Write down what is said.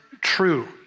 true